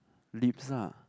lips ah